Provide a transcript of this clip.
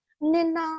Nina